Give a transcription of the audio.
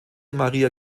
maria